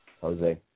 Jose